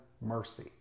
mercy